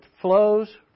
flows